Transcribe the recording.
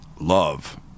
love